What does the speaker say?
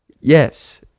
yes